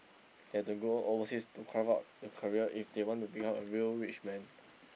had to go overseas to carve out the career if they want to bring out a real rich man